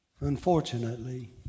Unfortunately